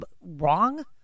wrong